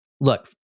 look